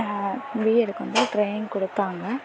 பிஎட்க்கு வந்து ட்ரைனிங் கொடுத்தாங்க